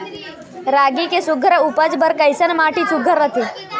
रागी के सुघ्घर उपज बर कैसन माटी सुघ्घर रथे?